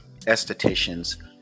estheticians